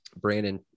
Brandon